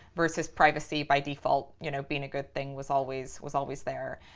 versus privacy by default, you know, being a good thing was always was always there.